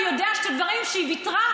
הוא יודע שדברים שהיא ויתרה,